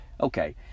Okay